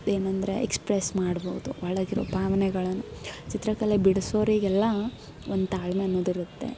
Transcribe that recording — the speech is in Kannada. ಏನೆಂದರೆ ಎಕ್ಸ್ಪ್ರೆಸ್ ಮಾಡ್ಬೋದು ಒಳಗಿರೋ ಭಾವನೆಗಳನ್ನು ಚಿತ್ರಕಲೆ ಬಿಡಸೋರಿಗೆಲ್ಲ ಒಂದು ತಾಳ್ಮೆ ಅನ್ನೋದಿರುತ್ತೆ